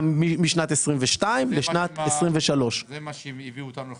משנת 22' לשנת 23'. זה מה שהביא אותנו בשלב